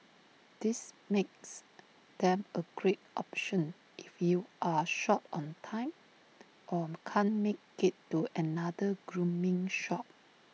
this makes them A great option if you're short on time or can't make IT to another grooming shop